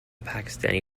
pakistani